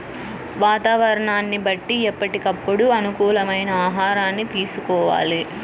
వాతావరణాన్ని బట్టి ఎప్పటికప్పుడు అనుకూలమైన ఆహారాన్ని తీసుకోవాలి